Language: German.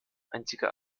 einziger